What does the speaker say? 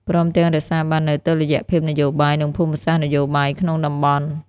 ព្រមទាំងរក្សាបាននូវតុល្យភាពនយោបាយ និងភូមិសាស្ត្រនយោបាយក្នុងតំបន់។